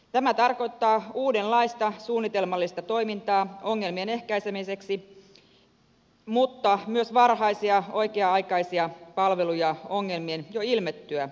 tämä tarkoittaa uudenlaista suunnitelmallista toimintaa ongelmien ehkäisemiseksi mutta myös varhaisia oikea aikaisia palveluja ongelmien jo ilmettyä